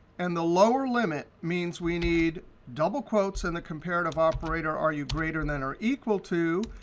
and the lower limit means we need double quotes in the comparative operator are you greater than or equal to,